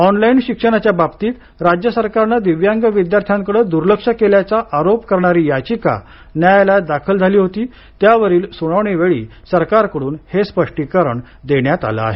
online शिक्षणाच्या बाबतीत राज्य सरकारनं दिव्यांग विद्यार्थ्यांकडं द्र्लक्ष केल्याचा आरोप करणारी याचिका न्यायालयात दाखल झाली होती त्यावरील सुनावणीवेळी सरकारकडून हे स्पष्टीकरण देण्यात आलं आहे